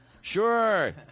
sure